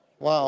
Wow